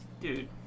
Dude